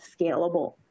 scalable